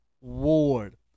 Ward